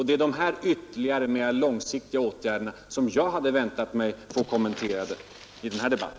Det är dessa ytterligare, mer långsiktiga åtgärder som jag hade väntat mig att få kommenterade i denna debatt.